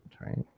right